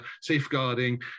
safeguarding